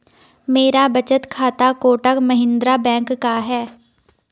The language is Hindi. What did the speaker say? मेरा बचत खाता कोटक महिंद्रा बैंक का है